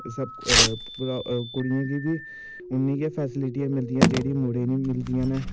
एह् सब कुड़ियें गी बी उन्नी गै फैस्लिटियां मिलदियां जेह्ड़ियां मुड़ें नू मिलदियां न